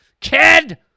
Kid